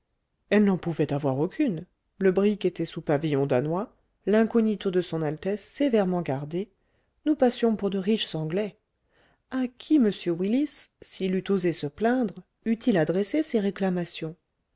elle n'en pouvait avoir aucune le brick était sous pavillon danois l'incognito de son altesse sévèrement gardé nous passions pour de riches anglais à qui m willis s'il eût osé se plaindre eût-il adressé ses réclamations